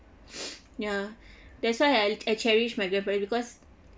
ya that's why I I cherish my grandparent because